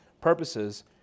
purposes